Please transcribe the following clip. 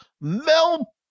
Mel